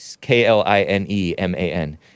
K-L-I-N-E-M-A-N